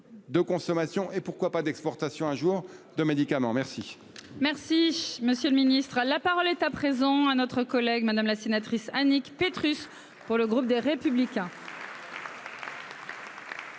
De consommation et pourquoi pas d'exportation. Un jour de médicaments. Merci. Merci, monsieur le Ministre, la parole est à présent à notre collègue Madame la sénatrice Annick Petrus. Pour le groupe des Républicains.